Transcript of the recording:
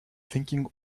thinking